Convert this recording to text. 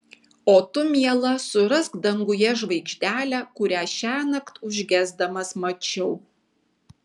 o tu miela surask danguje žvaigždelę kurią šiąnakt užgesdamas mačiau